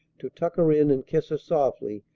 to tuck her in and kiss her softly,